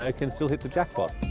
ah can still hit the jackpot.